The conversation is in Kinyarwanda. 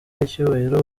icyubahiro